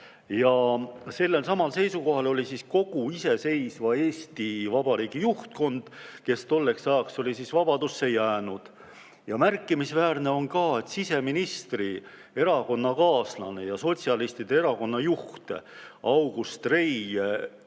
Sellelsamal seisukohal oli kogu iseseisva Eesti Vabariigi juhtkond, kes tolleks ajaks oli vabadusse jäänud. Märkimisväärne on ka siseministri erakonnakaaslase, sotsialistide erakonna juhi August Rei